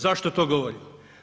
Zašto to govorim?